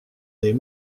des